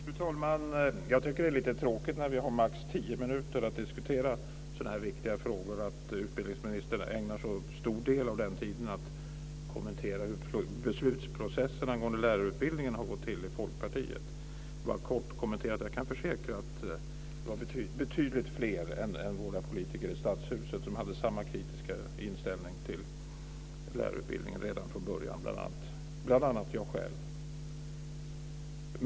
Fru talman! Jag tycker att det är lite tråkigt att utbildningsministern, när vi har högst tio minuter på oss för att diskutera så här viktiga frågor, ägnar så stor del av den tiden åt att kommentera beslutsprocessen angående lärarutbildningen i Folkpartiet. Jag vill bara göra en kort kommentar. Jag kan försäkra att det var betydligt fler än våra politiker i Stadshuset som hade samma kritiska inställning till lärarutbildningen redan från början, bl.a. jag själv.